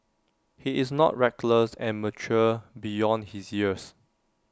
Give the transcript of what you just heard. he is not reckless and mature beyond his years